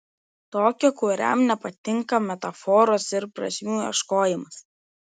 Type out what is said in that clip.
tokio kuriam nepatinka metaforos ir prasmių ieškojimas